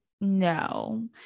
No